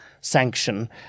sanction